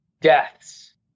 deaths